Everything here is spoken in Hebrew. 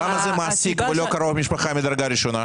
למה זה מעסיק ולא קרוב משפחה מדרגה ראשונה?